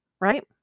right